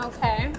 Okay